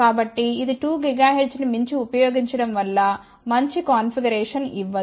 కాబట్టి ఇది 2 GHz ని మించి ఉపయోగించడం వల్ల మంచి కాన్ఫిగరేషన్ ఇవ్వదు